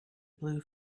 blue